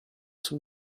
sul